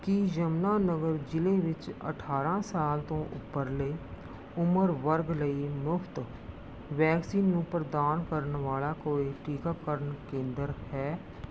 ਕੀ ਯਮੁਨਾਨਗਰ ਜ਼ਿਲ੍ਹੇ ਵਿੱਚ ਅਠਾਰਾਂ ਸਾਲ ਤੋਂ ਉੱਪਰਲੇ ਉਮਰ ਵਰਗ ਲਈ ਮੁਫ਼ਤ ਵੈਕਸੀਨ ਨੂੰ ਪ੍ਰਦਾਨ ਕਰਨ ਵਾਲਾ ਕੋਈ ਟੀਕਾਕਰਨ ਕੇਂਦਰ ਹੈ